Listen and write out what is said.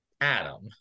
adam